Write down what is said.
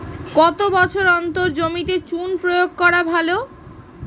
কত বছর অন্তর জমিতে চুন প্রয়োগ করা ভালো?